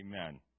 Amen